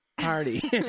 party